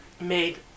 made